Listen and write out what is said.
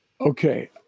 Okay